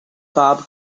bob